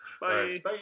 Bye